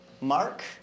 Mark